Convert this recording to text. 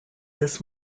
this